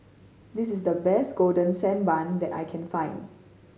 this is the best Golden Sand Bun that I can find